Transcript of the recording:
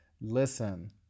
Listen